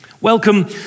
Welcome